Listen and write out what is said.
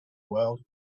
world